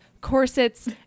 corsets